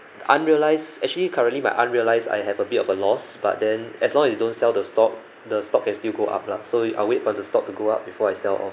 unrealized actually currently my unrealized I have a bit of a loss but then as long as don't sell the stock the stock can still go up lah so I'll wait for the stock to go up before I sell off